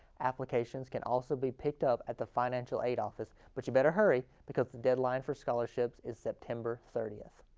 applications can also be picked up at the financial aid office. but you better hurry because the deadline for scholarships is september thirtieth.